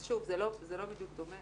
זה לא בדיוק דומה,